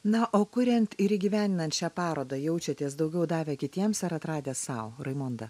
na o kuriant ir įgyvendinant šią parodą jaučiatės daugiau davę kitiems ar atradę sau raimonda